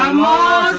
um la